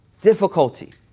difficulty